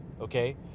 okay